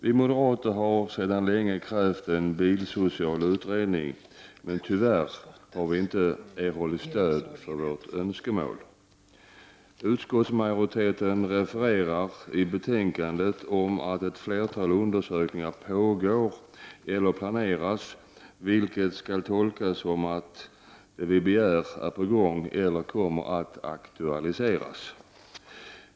Vi moderater har sedan länge krävt en bilsocial utredning, men tyvärr har vi inte erhållit stöd för vårt önskemål. Utskottsmajoriteten refererar i betänkandet till att ett flertal undersökningar pågår eller planeras, vilket skall tolkas som att det vi begär är på gång eller kommer att aktualiseras.